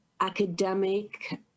academic